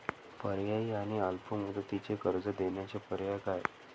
पर्यायी आणि अल्प मुदतीचे कर्ज देण्याचे पर्याय काय?